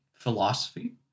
philosophy